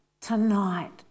tonight